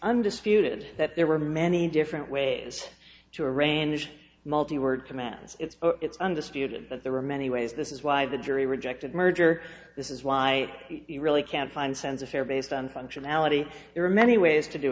undisputed that there were many different ways to arrange multi word to manage its undisputed that there were many ways this is why the jury rejected merger this is why you really can't find sense of fair based on functionality there are many ways to do